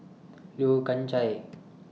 Yeo Kian Chye